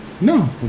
No